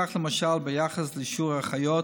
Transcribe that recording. כך למשל ביחס לשיעור האחיות